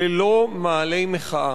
אלה לא מאהלי מחאה,